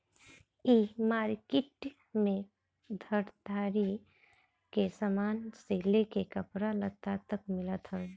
इ मार्किट में घरदारी के सामान से लेके कपड़ा लत्ता तक मिलत हवे